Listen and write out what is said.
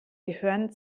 gehören